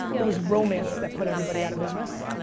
it was romance that put everybody out of business.